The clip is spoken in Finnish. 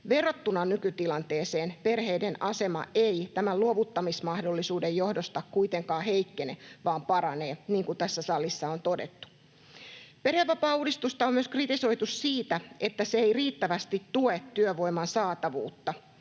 Verrattuna nykytilanteeseen perheiden asema ei tämän luovuttamismahdollisuuden johdosta kuitenkaan heikkene, vaan paranee, niin kuin tässä salissa on todettu. Perhevapaauudistusta on myös kritisoitu siitä, että se ei riittävästi tue työvoiman saatavuutta.